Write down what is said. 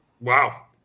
Wow